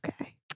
okay